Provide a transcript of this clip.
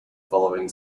following